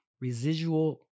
residual